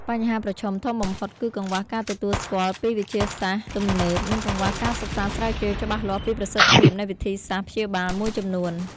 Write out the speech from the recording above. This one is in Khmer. បញ្ហាប្រឈមធំបំផុតគឺកង្វះការទទួលស្គាល់ពីវិទ្យាសាស្ត្រទំនើប និងកង្វះការសិក្សាស្រាវជ្រាវច្បាស់លាស់ពីប្រសិទ្ធភាពនៃវិធីសាស្ត្រព្យាបាលមួយចំនួន។